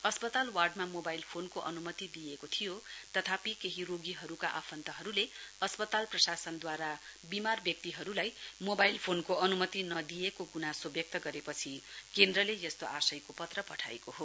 अस्पताल वार्डमा मोबाइल फोनको अनुमति दिइएको थियो तथापि केही रोगीहरूका आफन्तहरूले अस्पताल प्रशासनद्वारा विमार व्यक्तिहरूलाई मोबाइल फोनको अनुमति नदिइएको गुनासो व्यक्त गरेपछि केन्द्रले यस्तो आशयको पत्र पठाएको हो